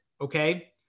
okay